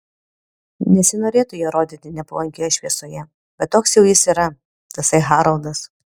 nesinorėtų jo rodyti nepalankioje šviesoje bet toks jau jis yra tasai haroldas